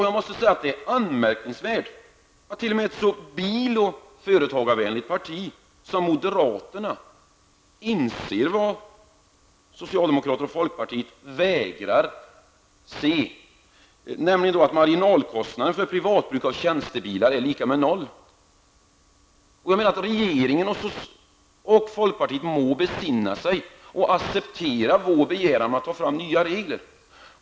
Jag måste säga att det är anmärkningsvärt att t.o.m. ett så bil och företagarvänligt parti som moderaterna inser vad socialdemokraterna och folkpartiet vägrar se, nämligen att marginalkostnaden för privatbruk av tjänstebilar är lika med noll. Regeringen och folkpartiet må besinna sig och acceptera vår begäran om att ta fram nya regler.